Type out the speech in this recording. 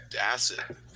acid